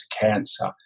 cancer